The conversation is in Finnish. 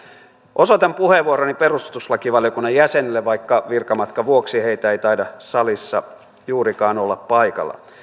osoitan puheenvuoroni perustuslakivaliokunnan jäsenille vaikka virkamatkan vuoksi heitä ei taida salissa juurikaan olla paikalla